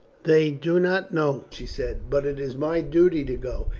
they do not know, she said, but it is my duty to go.